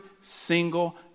single